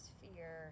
fear